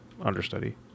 understudy